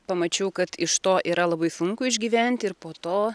pamačiau kad iš to yra labai sunku išgyventi ir po to